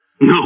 No